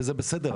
וזה בסדר.